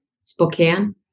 Spokane